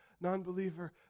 non-believer